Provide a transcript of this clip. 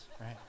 right